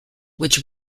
which